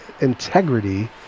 integrity